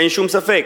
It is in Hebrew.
אין שום ספק,